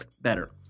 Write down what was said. better